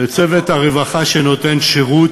לצוות הרווחה שנותן שירות,